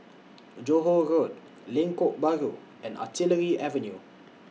Johore Road Lengkok Bahru and Artillery Avenue